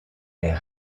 est